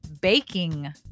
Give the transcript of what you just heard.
baking